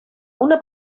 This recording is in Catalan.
una